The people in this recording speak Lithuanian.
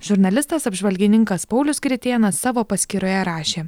žurnalistas apžvalgininkas paulius gritėnas savo paskyroje rašė